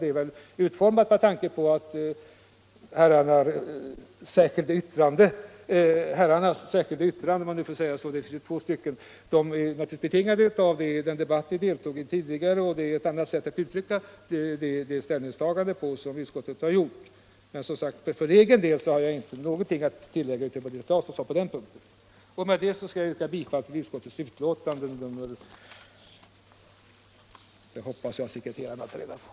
De särskilda yttrandena är naturligtvis betingade av den debatt som de som står för särskilda yttranden tidigare deltog i, och de är egentligen bara ett annat sätt att uttrycka utskottets ställningstagande. För egen del har jag alltså inte någonting att tillägga till det som herr Claeson sade på den punkten. Herr talman! Jag ber att få yrka bifall till vad civilutskottet hemställt i sina betänkanden 22 och 26.